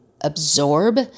absorb